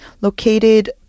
located